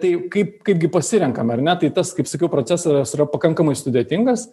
tai kaip kaipgi pasirenkam ar ne tai tas kaip sakiau procesas yra pakankamai sudėtingas